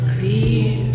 Clear